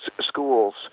schools